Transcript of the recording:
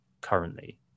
currently